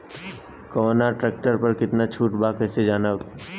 कवना ट्रेक्टर पर कितना छूट बा कैसे जानब?